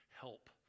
help